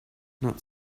not